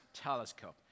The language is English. telescope